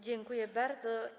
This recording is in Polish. Dziękuję bardzo.